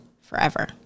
forever